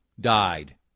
died